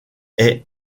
est